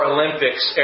Olympics